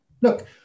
look